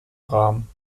rahmen